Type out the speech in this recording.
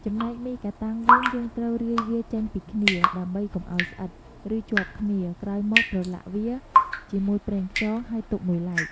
ចំណែកមីកាតាំងវិញ យើងត្រូវរាយវាចេញពីគ្នា ដើម្បីកុំឱ្យស្អិត ឬជាប់គ្នា ក្រោយមកប្រឡាក់វាជាមួយប្រេងខ្យង ហើយទុកមួយឡែក។